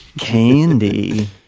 candy